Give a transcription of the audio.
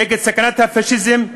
נגד סכנת הפאשיזם,